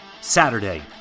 Saturday